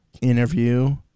interview